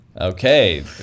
okay